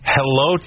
Hello